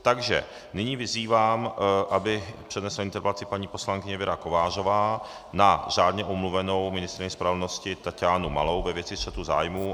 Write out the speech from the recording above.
Takže nyní vyzývám, aby přednesla interpelaci paní poslankyně Věra Kovářová na řádně omluvenou ministryni spravedlnosti Taťánu Malou ve věci střetu zájmů.